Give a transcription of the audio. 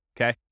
Okay